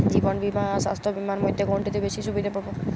জীবন বীমা আর স্বাস্থ্য বীমার মধ্যে কোনটিতে বেশী সুবিধে পাব?